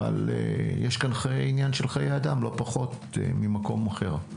יש פה עניין של חיי אדם לא פחות ממקום אחר.